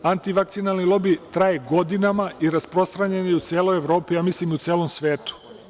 Antivakcinalni lobi traje godinama i rasprostranjen je u celoj Evropi, ja mislim i u celom svetu.